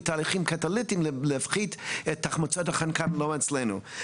תהליכים קטליטים להפחית את החמצת החנקן לא כמו אצלנו,